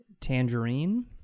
tangerine